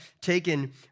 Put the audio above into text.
taken